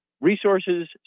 resources